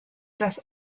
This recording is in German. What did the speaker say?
das